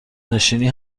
نشینی